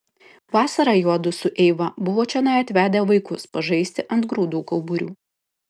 vasarą juodu su eiva buvo čionai atvedę vaikus pažaisti ant grūdų kauburių